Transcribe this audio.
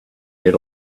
get